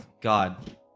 God